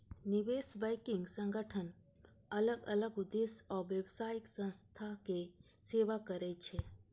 निवेश बैंकिंग संगठन अलग अलग उद्देश्य आ व्यावसायिक संस्थाक सेवा करै छै